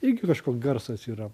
irgi kažkoks garsas yra